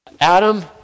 Adam